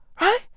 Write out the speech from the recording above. right